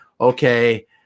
okay